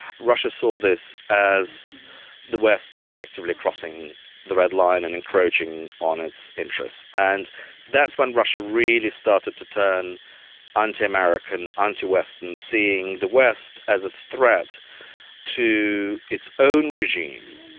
russia saw this as the west effectively crossing the red line and encroaching on its interests. and that's when russia really started to turn anti-american, anti-western, seeing the west as a threat to its own regime.